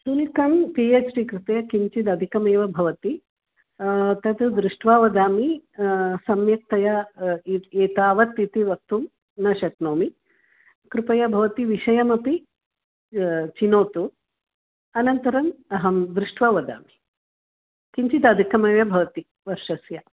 शुल्कं P H D कृते किञ्चित् अधिकमेव भवति तत् दृष्ट्वा वदामि सम्यक्तया एतावत् इति वक्तुं न शक्नोमि कृपया भवती विषयमपि चिनोतु अनन्तरम् अहं दृष्ट्वा वदामि किञ्चित् अधिकमेव भवति वर्षस्य